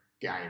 game